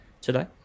today